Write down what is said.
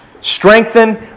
strengthen